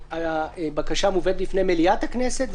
הבקשה מובאת בפני מליאת הכנסת,